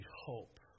hope